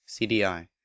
CDI